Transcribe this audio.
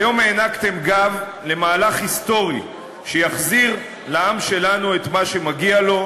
היום הענקתם גב למהלך היסטורי שיחזיר לעם שלנו את מה שמגיע לו,